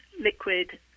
liquid